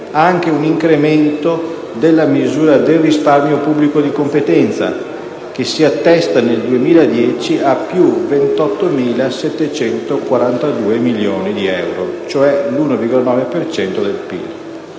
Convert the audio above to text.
anche un incremento della misura del risparmio pubblico di competenza, che si attesta nel 2010 a più 28.742 milioni di euro (cioè l'l,9 per